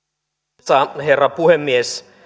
arvoisa herra puhemies